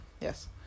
yes